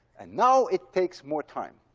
and now it takes more time.